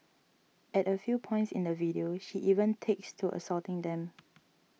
at a few points in the video she even takes to assaulting them